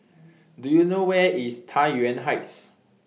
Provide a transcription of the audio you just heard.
Do YOU know Where IS Tai Yuan Heights